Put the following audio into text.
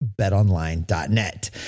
betonline.net